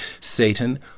Satan